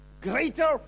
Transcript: Greater